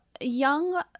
Young